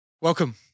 Welcome